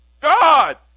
God